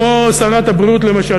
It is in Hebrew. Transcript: כמו שרת הבריאות למשל,